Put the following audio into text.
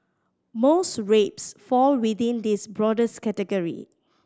most rapes fall within this broadest category